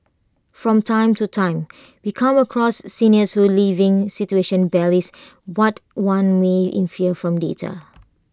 from time to time we come across seniors whose living situation belies what one may infer from data